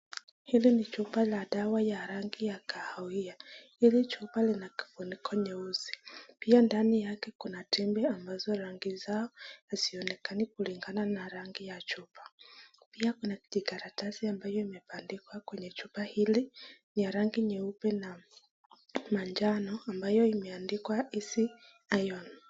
Hili ni chupa la dawa ya rangi ya kahawia. Hili chupa lina kifuniko nyeusi. Pia ndani yake kuna tembe ambazo rangi zao hazionekani kulingana na rangi ya chupa. Pia kuna kikaratasi ambayo imebandikwa kwenye chupa hili. Ni rangi nyeupe na manjano ambayo imeandikwa Easy Iron .